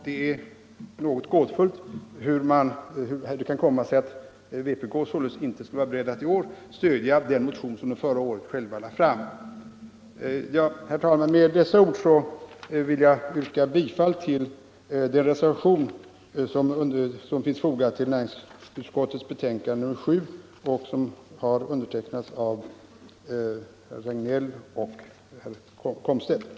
Det är något gåtfullt att vpk således inte skulle vara berett att i år stödja ett förslag som man själv förra året lade fram i en motion. Herr talman! Med dessa ord vill jag yrka bifall till den reservation som är fogad vid näringsutskottets betänkande nr 7 och som är undertecknad av herrar Regnéll och Komstedt.